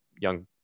young